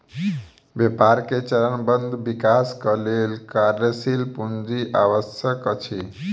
व्यापार मे चरणबद्ध विकासक लेल कार्यशील पूंजी आवश्यक अछि